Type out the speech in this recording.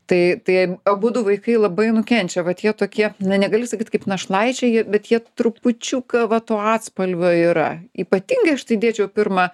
tai tai abudu vaikai labai nukenčia vat jie tokie na negali sakyt kaip našlaičiai jie bet jie trupučiuką va to atspalvio yra ypatingai aš tai dėčiau į pirmą